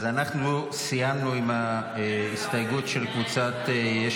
אז אנחנו סיימנו עם ההסתייגות של קבוצת יש